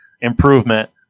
improvement